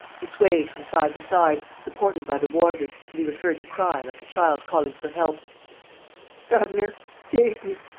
he swayed from side to side, supported by the warders, and he was heard to cry, like a child calling for help governor. save me.